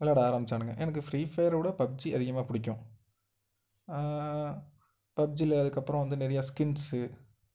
வெளாட ஆரம்பிச்சானுங்க எனக்கு ஃப்ரீ ஃபயரை விட பப்ஜி அதிகமாக பிடிக்கும் பப்ஜியில் அதுக்கப்புறம் வந்து நிறையா ஸ்கின்ஸு